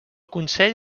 consell